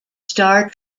star